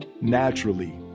naturally